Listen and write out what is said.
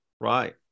Right